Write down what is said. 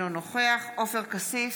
אינו נוכח עופר כסיף,